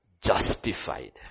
justified